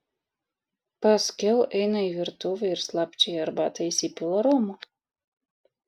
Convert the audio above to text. paskiau eina į virtuvę ir slapčia į arbatą įsipila romo